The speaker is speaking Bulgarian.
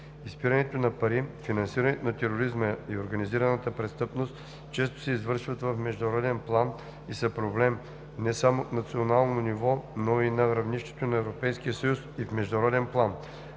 Изпирането на пари, финансирането на тероризма и организираната престъпност често се извършват в международен план и са проблем не само от национално ниво, но и на равнището на Европейския съюз и в международен план.